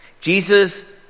Jesus